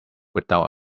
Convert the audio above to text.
without